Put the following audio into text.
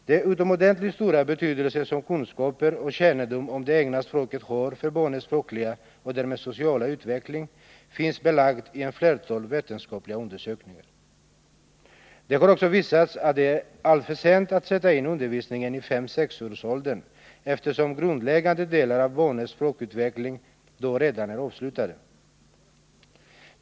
Den utomordentligt stora betydelse som kunskaper och kännedom om det egna språket har för barnens språkliga och därmed sociala utveckling finns belagd i ett flertal vetenskapliga undersökningar, Det har också visats att det är alltför sent att sätta in undervisningen i 5-6-årsåldern, eftersom grundläggande delar av barnens språkutveckling då redan är avslutade.